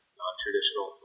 non-traditional